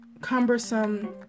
cumbersome